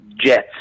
jets